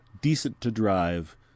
decent-to-drive